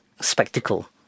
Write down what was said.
spectacle